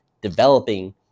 developing